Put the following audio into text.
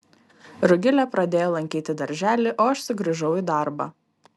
rugilė pradėjo lankyti darželį o aš sugrįžau į darbą